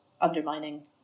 undermining